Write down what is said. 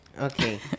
Okay